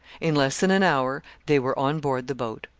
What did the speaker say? in less than an hour they were on board the boat.